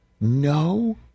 no